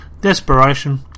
Desperation